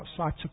outside